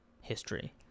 history